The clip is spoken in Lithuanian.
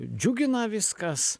džiugina viskas